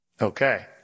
Okay